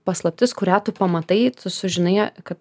paslaptis kurią tu pamatai tu sužinai ją kad